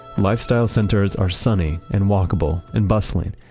lifestyle centers are sunny and walkable and bustling,